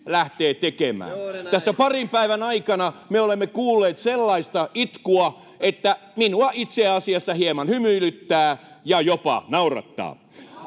Juuri näin!] Tässä parin päivän aikana me olemme kuulleet sellaista itkua, että minua itse asiassa hieman hymyilyttää ja jopa naurattaa.